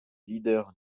leader